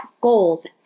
goals